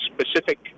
specific